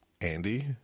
Andy